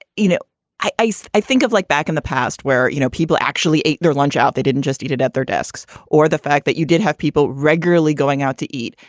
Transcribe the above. you know i i think of like back in the past where you know people actually eat their lunch out they didn't just eat it at their desks or the fact that you did have people regularly going out to eat.